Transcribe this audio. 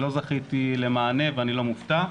לא זכיתי למענה ואני לא מופתע.